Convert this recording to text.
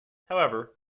however